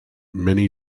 many